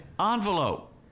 Envelope